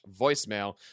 voicemail